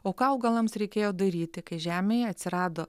o ką augalams reikėjo daryti kai žemėje atsirado